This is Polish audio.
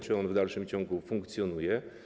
Czy on w dalszym ciągu funkcjonuje?